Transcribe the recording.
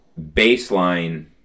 baseline